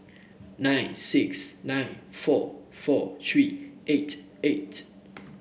nine six nine four four three eight eight